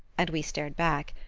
and we stared back.